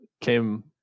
came